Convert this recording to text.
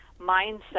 mindset